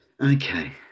Okay